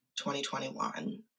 2021